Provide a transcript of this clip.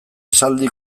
esaldi